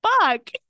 Fuck